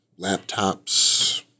laptops